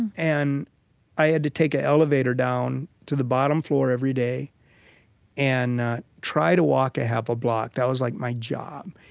and and i had to take an elevator down to the bottom floor every day and try to walk half a block. that was, like, my job.